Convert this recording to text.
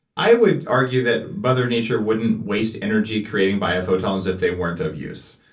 i would argue that mother nature wouldn't waste energy creating biophotons if they weren't of use.